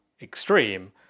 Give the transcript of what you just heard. extreme